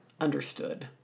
understood